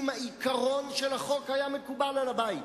אם העיקרון של החוק היה מקובל על הבית.